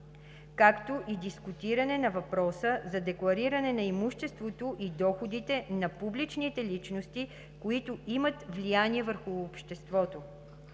Както и дискутиране на въпроса за деклариране на имуществото и доходите на публичните личности, които имат влияние върху обществото.